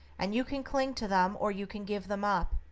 and you can cling to them or you can give them up.